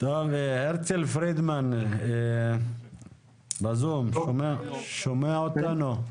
הרצל פרידמן בזום, שומע אותנו?